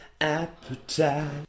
appetite